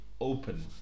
open